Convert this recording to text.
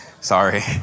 sorry